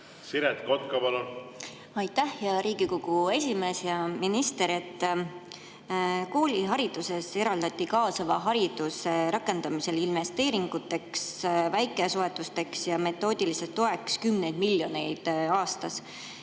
Siret Kotka, palun! Aitäh, hea Riigikogu esimees! Hea minister! Koolihariduses eraldati kaasava hariduse rakendamisel investeeringuteks, väikesoetusteks ja metoodiliseks toeks kümneid miljoneid aastas.